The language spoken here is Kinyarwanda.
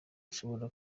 ushobora